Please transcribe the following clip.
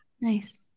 Nice